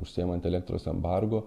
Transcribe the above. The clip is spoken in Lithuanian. užsiimanti elektros embargo